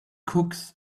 cooks